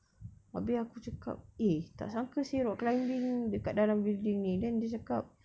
abeh aku cakap eh tak sangka seh rock climbing dekat dalam building ni then dia cakap